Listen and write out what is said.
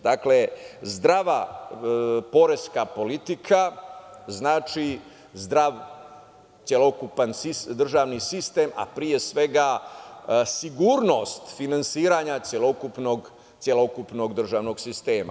Dakle, zdrava poreska politika znači zdrav celokupan državni sistem, a pre svega sigurnost finansiranja celokupnog državnog sistema.